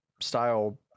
style